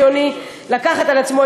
זה חוק חשוב.